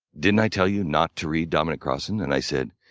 didn't i tell you not to read dominic crossan? and i said,